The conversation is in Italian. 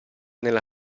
nella